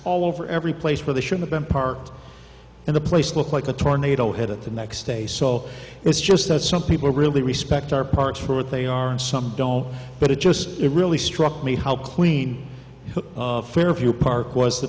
all over every place where they should have been parked and the place looked like a tornado had it the next day so it's just that some people really respect our parks for what they are and some don't but it just it really struck me how clean fairview park was the